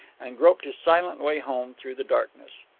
and groped his silent way home through the darkness.